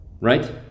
right